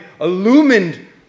illumined